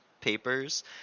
papers